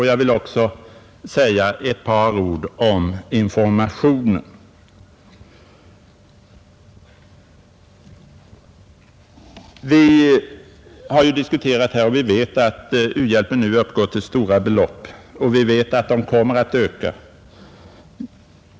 Jag vill också säga ett par ord om informationen. U-hjälpen uppgår nu till stora belopp, och vi vet att de kommer att öka.